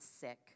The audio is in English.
sick